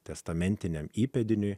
testamentiniam įpėdiniui